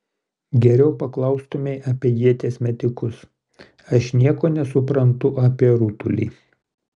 geriau paklaustumei apie ieties metikus aš nieko nesuprantu apie rutulį